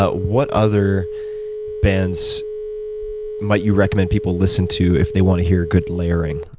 ah what other bands might you recommend people listen to if they want to hear good layering?